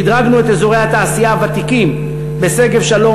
שדרגנו את אזורי התעשייה הוותיקים בשגב-שלום,